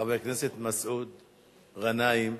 חבר הכנסת מסעוד גנאים,